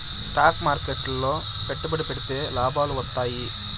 stock మార్కెట్లు లో పెట్టుబడి పెడితే లాభాలు వత్తాయి